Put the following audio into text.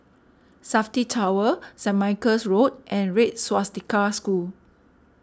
Safti Tower Saint Michael's Road and Red Swastika School